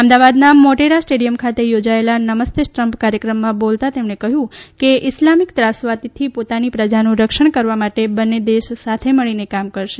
અમદાવાદના મોટેરા સ્ટેડિયમ ખાતે યોજાયેલા નમસ્તે ટ્રમ્પ કાર્યક્રમ માં બોલતા તેમણે કહ્યું કે ઈસ્લામિક ત્રાસવાદ થી પોતાની પ્રજાનું રક્ષણ કરવા માટે બંને દેશ સાથે મળી ને કામ કરશે